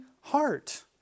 heart